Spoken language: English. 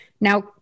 Now